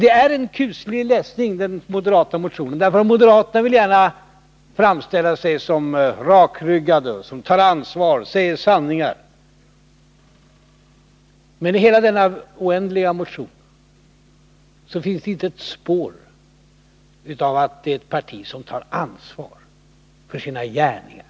Det är kusligt att läsa den moderata motionen. Moderaterna vill gärna framställa sig som rakryggade, som att de tar ansvar, säger sanningar. Men i hela denna oändligt långa motion finns det inte ett spår av ett parti som tar ansvar för sina gärningar.